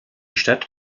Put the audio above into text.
stadt